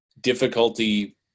difficulty